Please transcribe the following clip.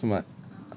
he just smart